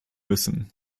müssen